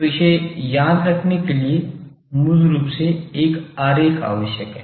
तो इसे याद याद रखने के लिए मूल रूप से एक आरेख सहायक है